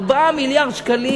4 מיליארד שקלים,